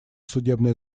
судебная